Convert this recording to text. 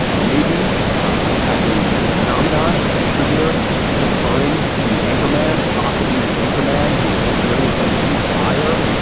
maybe you had the phenomenon of a contributor deferring to the anchor man, possibly the anchor man who is experiencing deep ire.